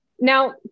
Now